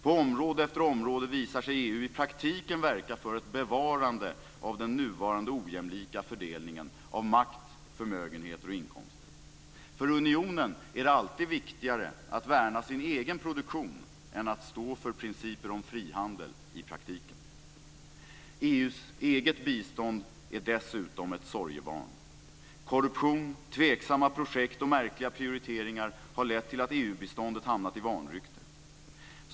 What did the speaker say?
På område efter område visar sig EU i praktiken verka för ett bevarande av den nuvarande ojämlika fördelningen av makt, förmögenheter och inkomster. För unionen är det alltid viktigare att värna sin egen produktion än att stå för principer om frihandel i praktiken. EU:s eget bistånd är dessutom ett sorgebarn. Korruption, tveksamma projekt och märkliga prioriteringar har lett till att EU-biståndet hamnat i vanrykte.